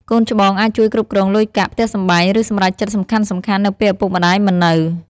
កូនច្បងអាចជួយគ្រប់គ្រងលុយកាក់ ផ្ទះសម្បែង ឬសម្រេចចិត្តសំខាន់ៗ នៅពេលឪពុកម្តាយមិននៅ។